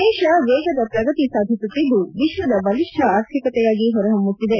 ದೇಶ ವೇಗದ ಪ್ರಗತಿ ಸಾಧಿಸುತ್ತಿದ್ದು ವಿಶ್ವದ ಬಲಿಷ್ಠ ಆರ್ಥಿಕತೆಯಾಗಿ ಹೊರಹೊಮ್ಮುತ್ತಿದೆ